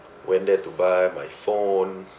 went there to buy my phone